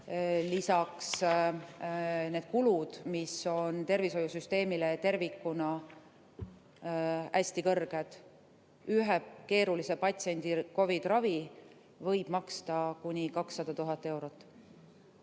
Lisaks need kulud, mis on tervishoiusüsteemile tervikuna hästi kõrged. Ühe keerulise patsiendi COVID-i ravi võib maksta kuni 200 000 eurot.